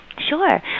Sure